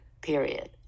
Period